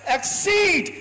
Exceed